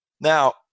Now